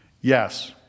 yes